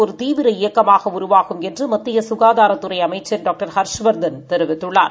ஒருதீவிரஇயக்கமாகஉருவாகும்என்றுமத்தியசுகாதாரத் துறைஅமைச்சர்டாக்டர்ஹர்ஷ்வர்தன்தெரிவித்துள்ளார்